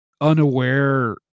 unaware